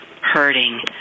hurting